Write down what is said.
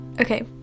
Okay